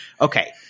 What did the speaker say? Okay